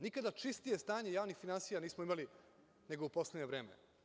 Nikada čistije stanje javnih finansija nismo imali, nego u poslednje vreme.